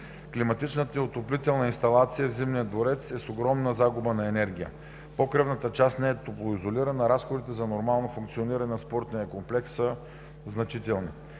Климатичната и отоплителна инсталация в Зимния дворец е с огромна загуба на енергия. Покривната част не е топлоизолирана, а разходите за нормално функциониране на спортния комплекс са значителни.